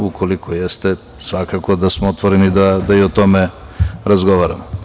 Ukoliko jeste, svakako da smo otvoreni da i o tome razgovaramo.